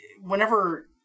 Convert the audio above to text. whenever